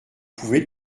pouvez